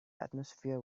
atmosphere